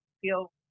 feel